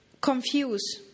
confuse